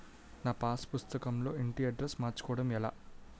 నా పాస్ పుస్తకం లో ఇంటి అడ్రెస్స్ మార్చుకోవటం ఎలా?